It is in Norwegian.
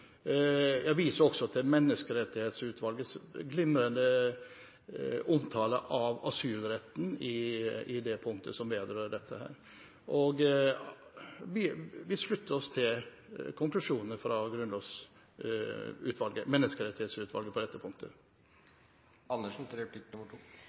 Jeg viser også til Menneskerettighetsutvalgets glimrende omtale av asylretten i det punktet som vedrører dette, og vi slutter oss til konklusjonene fra Menneskerettighetsutvalget på dette